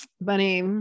bunny